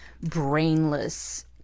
brainless